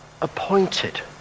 appointed